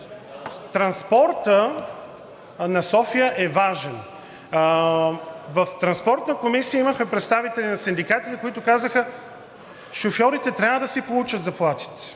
Транспортът на София е важен. В Транспортна комисия имаше представители на синдикатите, които казаха: „Шофьорите трябва да си получат заплатите.“